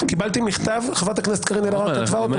קיבלתי מכתב מחברת הכנסת קארין אלהרר שאומר